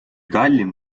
kallim